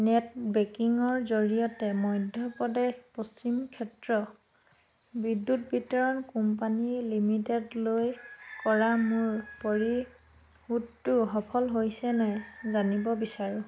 net বেংকিঙৰ জৰিয়তে মধ্যপ্ৰদেশ পশ্চিম ক্ষেত্ৰ বিদ্যুৎ বিতৰণ কোম্পানী লিমিটেডলৈ কৰা মোৰ পৰিশোধটো সফল হৈছে নে জানিব বিচাৰো